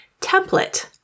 template